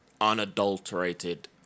unadulterated